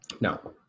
No